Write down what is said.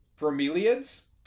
bromeliads